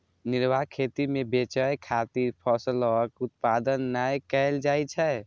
निर्वाह खेती मे बेचय खातिर फसलक उत्पादन नै कैल जाइ छै